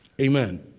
Amen